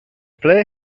ple